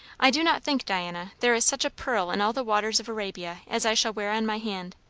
i do not think, diana, there is such a pearl in all the waters of arabia as i shall wear on my hand.